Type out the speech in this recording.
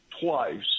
twice